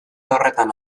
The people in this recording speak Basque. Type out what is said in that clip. horretan